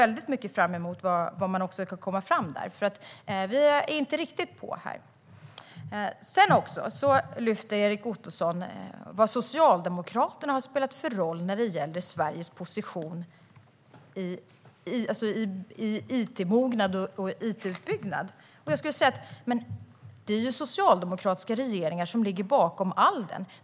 Jag ser fram emot vad man kommer fram till, för vi är inte riktigt på här. Erik Ottoson lyfter upp vad Socialdemokraterna har spelat för roll vad gäller Sveriges position i it-mognad och it-utbyggnad. Det är ju socialdemokratiska regeringar som ligger bakom allt det.